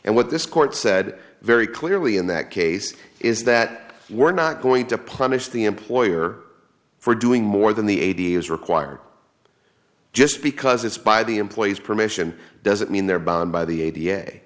and what this court said very clearly in that case is that we're not going to place the employer for doing more than the eighty is required just because it's by the employer's permission doesn't mean they're bound by the